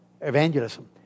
evangelism